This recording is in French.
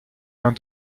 vint